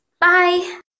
Bye